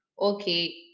okay